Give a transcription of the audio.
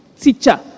teacher